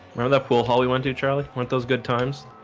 we're on that pool hall we went to charlie weren't those good times.